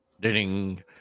ding